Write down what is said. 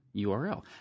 URL